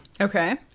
Okay